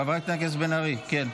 חברת הכנסת בן ארי, כן?